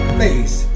face